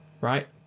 right